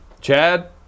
Chad